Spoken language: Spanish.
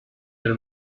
del